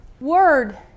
word